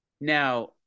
now